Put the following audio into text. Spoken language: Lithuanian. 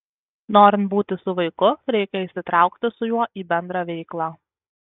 norint būti su vaiku reikia įsitraukti su juo į bendrą veiklą